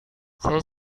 saya